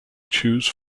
choose